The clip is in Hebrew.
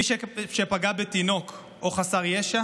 מי שפגע בתינוק או חסר ישע